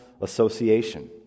association